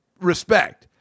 respect